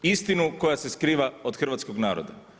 Istinu koja se skriva od hrvatskog naroda.